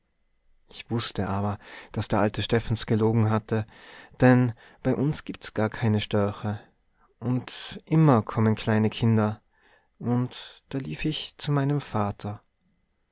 ich wußte aber daß der alte steffens gelogen hatte denn bei uns gibts gar keine störche und immer kommen kleine kinder und da lief ich zu meinem vater